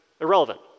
irrelevant